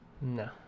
No